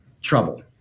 trouble